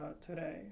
today